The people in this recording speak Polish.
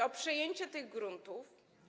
O przejęcie tych gruntów?